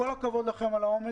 אבל כל הכבוד לכם על האומץ,